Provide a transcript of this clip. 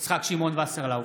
יצחק שמעון וסרלאוף,